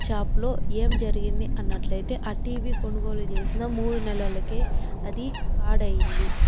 shop లో ఏం జరిగింది అన్నట్లయితే ఆ టీవీ కొనుగోలు చేసిన మూడు నెలలకే అది పాడయింది